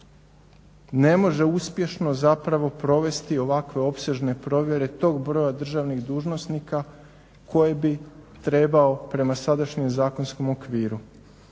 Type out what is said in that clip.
ne može uspješno, zapravo provesti ovakve opsežne provjere tog broja državnih dužnosnika koje bi trebao prema sadašnjem zakonskom okviru.